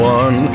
one